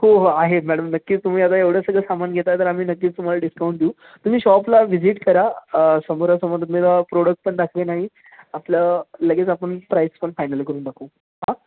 हो हो आहेत मॅडम नक्कीच तुम्ही आता एवढं सगळं सामान घेताय तर आम्ही नक्कीच तुम्हाला डिस्काउंट देऊ तुम्ही शॉपला व्हिजिट करा समोरासमोर तुम्हाला प्रोडक्ट पण दाखवेन आणि आपलं लगेच आपण प्राईस पण फायनल करून टाकू हां